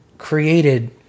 created